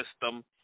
system